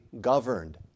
governed